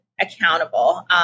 accountable